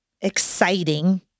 exciting